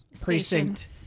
Precinct